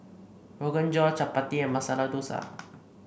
Rogan Josh Chapati Masala Dosa